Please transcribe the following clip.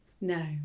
no